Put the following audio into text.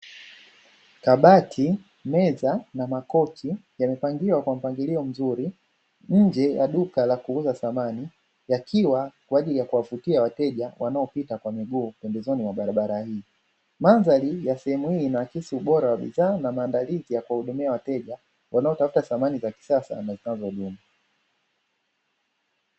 Kabati, meza na makochi, yamepangiliwa kwa mpangilio mzuri, nje ya duka la kuuza samani; yakiwa kwa ajili ya kuwavutia wateja wanaopita kwa miguu pembezoni mwa barabara hii. Mandhari ya sehemu hii inaakisi ubora wa bidhaa na maandalizi ya kuwahudumia wateja, wanaotafuta samani za kisasa na zinazodumu.